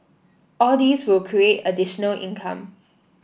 all these will create additional income